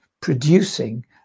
producing